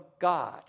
God